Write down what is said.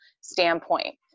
standpoint